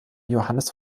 johannes